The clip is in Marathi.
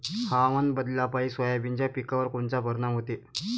हवामान बदलापायी सोयाबीनच्या पिकावर कोनचा परिणाम होते?